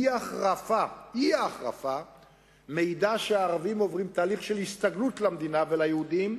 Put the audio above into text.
האי-החרפה מעידה שהערבים עוברים תהליך של הסתגלות למדינה וליהודים,